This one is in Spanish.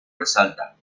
resalta